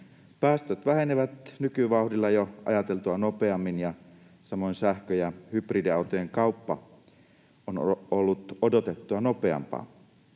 Päästöt vähenevät nykyvauhdilla jo ajateltua nopeammin, samoin sähkö- ja hybridiautojen kauppa on ollut odotettua nopeampaa.